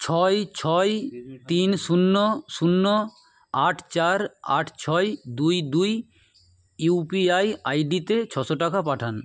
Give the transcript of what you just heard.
ছয় ছয় তিন শূন্য শূন্য আট চার আট ছয় দুই দুই ইউপিআই আইডিতে ছশো টাকা পাঠান